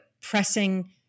pressing